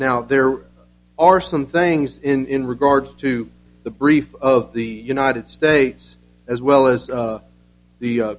now there are some things in regards to the brief of the united states as well as the